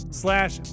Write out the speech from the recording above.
slash